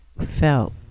felt